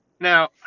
Now